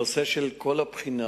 הנושא של כל הבחינה